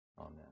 Amen